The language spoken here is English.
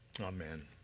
Amen